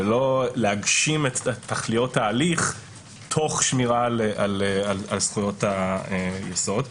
ולא להגשים את תכליות ההליך תוך שמירה על זכויות היסוד.